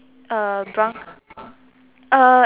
uh brown uh